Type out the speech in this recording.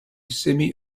semi